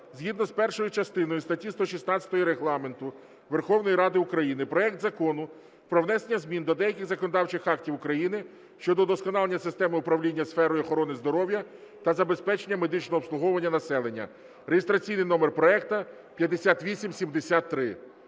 згідно з першою частиною статті 116 Регламенту Верховної Ради України проект Закону про внесення змін до деяких законодавчих актів України щодо удосконалення системи управління сферою охорони здоров’я та забезпечення медичного обслуговування населення (реєстраційний номер проекту 5873).